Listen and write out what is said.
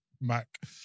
Mac